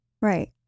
right